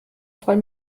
voll